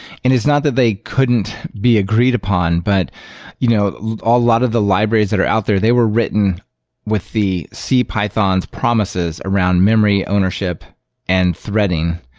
and it's not that they couldn't be agreed upon, but you know a lot of the libraries that are out there, they were written with the c python's promises around memory ownership and threading,